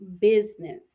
business